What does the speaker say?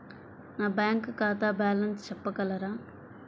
నా బ్యాంక్ ఖాతా బ్యాలెన్స్ చెప్పగలరా?